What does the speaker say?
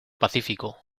pacífico